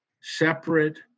separate